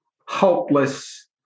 hopeless